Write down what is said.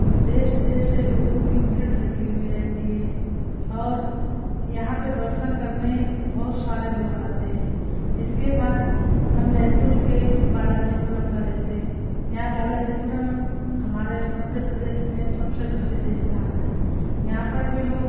दर्शनीय विदेश से लोगों की भीड़ लगी हुई रहती है और यहाँ पर दर्शन करने बहुत सारे लोग आते हैं इसके बाद हम बैतुल के बालाजीपुरम का लेते हैं यहाँ बालाजीपुरम हमारे मध्य प्रदेश में सबसे प्रसिद्ध स्थान है यहाँ पर भी लोग